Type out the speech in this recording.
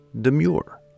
Demure